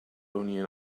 only